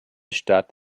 stadt